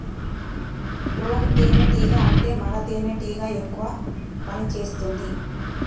drone తేనే టీగా అంటే మగ తెనెటీగ ఎక్కువ పని చేస్తుంది